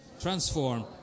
Transform